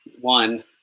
one